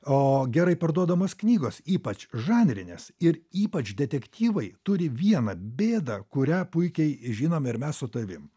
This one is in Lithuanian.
o gerai parduodamos knygos ypač žanrinės ir ypač detektyvai turi vieną bėdą kurią puikiai žinom ir mes su tavim